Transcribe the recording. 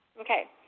Okay